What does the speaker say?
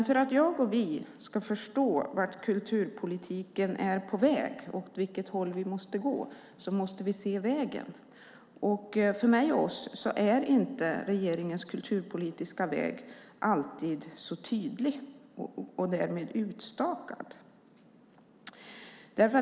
För att vi ska förstå vart kulturpolitiken är på väg, åt vilket håll vi måste gå, måste vi se vägen. För oss är inte regeringens kulturpolitiska väg alltid så tydlig och därmed utstakad.